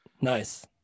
Nice